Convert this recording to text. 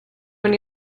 when